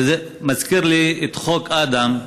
וזה מזכיר לי את חוק אדם,